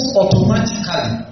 automatically